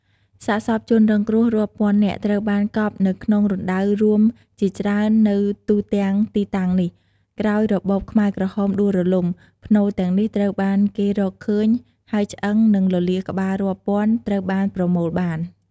សាកសពជនរងគ្រោះរាប់ពាន់នាក់ត្រូវបានកប់នៅក្នុងរណ្ដៅរួមជាច្រើននៅទូទាំងទីតាំងនេះ ក្រោយរបបខ្មែរក្រហមដួលរលំ ផ្នូរទាំងនេះត្រូវបានគេរកឃើញ ហើយឆ្អឹង និងលលាដ៍ក្បាលរាប់ពាន់ត្រូវបានប្រមូលបាន។